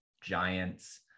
Giants